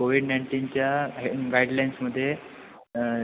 Covid नाईंटीनच्या हे गाईडलाईन्समध्ये